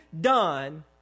done